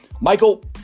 Michael